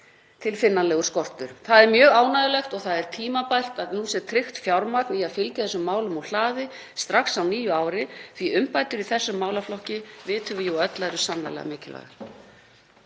tilfinnanlegur skortur. Það er mjög ánægjulegt og það er tímabært að nú sé tryggt fjármagn í að fylgja þessum málum úr hlaði strax á nýju ári því að umbætur í þessum málaflokki vitum við jú öll að eru sannarlega mikilvægar.